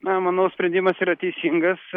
na manau sprendimas yra teisingas